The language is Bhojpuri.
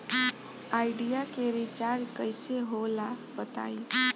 आइडिया के रिचार्ज कइसे होला बताई?